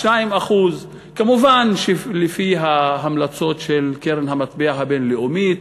2%. מובן שלפי ההמלצות של קרן המטבע הבין-לאומית